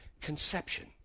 conception